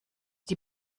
die